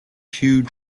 pugh